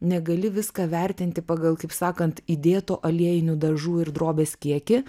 negali viską vertinti pagal kaip sakant įdėto aliejinių dažų ir drobės kiekį